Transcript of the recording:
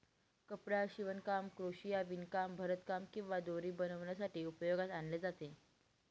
कपडा शिवणकाम, क्रोशिया, विणकाम, भरतकाम किंवा दोरी बनवण्यासाठी उपयोगात आणले जाते